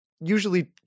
usually